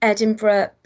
Edinburgh